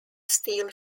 steel